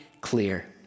clear